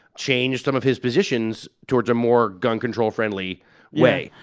changed some of his positions towards a more gun-control-friendly way